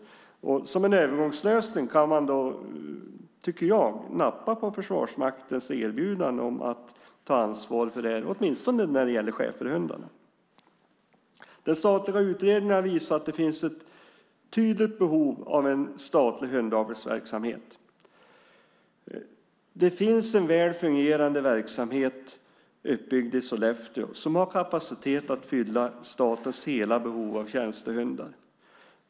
Som en övergångslösning kan man, tycker jag, nappa på Försvarsmaktens erbjudande om att ta ansvar för det, åtminstone när det gäller schäferhundarna. Den statliga utredningen har visat att det finns ett tydligt behov av en statlig hundavelsverksamhet. Det finns en väl fungerande verksamhet uppbyggd i Sollefteå som har kapacitet att fylla statens hela behov av tjänstehundar.